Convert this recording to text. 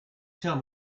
tell